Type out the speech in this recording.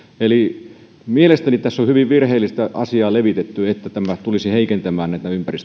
eli mielestäni tässä on hyvin virheellistä asiaa levitetty että tämä tulisi heikentämään